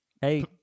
hey